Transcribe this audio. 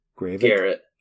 Garrett